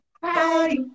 Bye